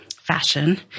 fashion